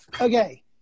Okay